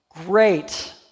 great